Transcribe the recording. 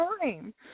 time